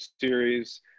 series